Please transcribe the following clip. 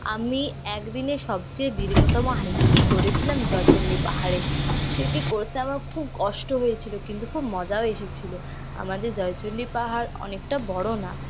আমি একদিনে সবচেয়ে দীর্ঘতম হাইকটি করেছিলাম জয়চণ্ডী পাহাড়ে সেটি করতে আমার খুব কষ্ট হয়েছিল কিন্তু খুব মজাও এসেছিল আমাদের জয়চণ্ডী পাহাড় অনেকটা বড় না